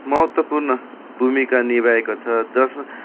महत्त्वपूर्ण भूमिका निभाएको छ जसमा